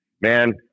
man